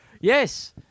Yes